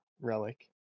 relic